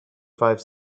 five